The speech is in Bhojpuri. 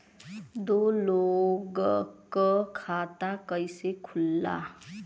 दो लोगक खाता कइसे खुल्ला?